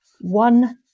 one